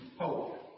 hope